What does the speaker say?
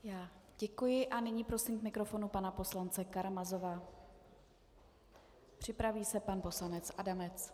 Já děkuji a nyní prosím k mikrofonu pana poslance Karamazova, připraví se pan poslanec Adamec.